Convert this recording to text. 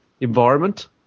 environment